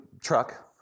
truck